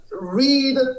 read